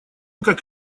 как